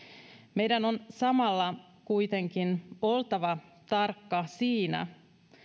meidän on samalla kuitenkin oltava tarkkoja siinä